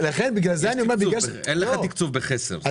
אין לך תקצוב בחסר.